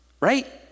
Right